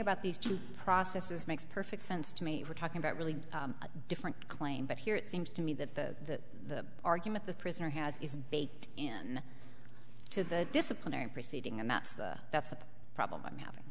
about these two processes makes perfect sense to me we're talking about really a different claim but here it seems to me that the argument the prisoner has is baked in to the disciplinary proceeding and that's the that's the problem i'm having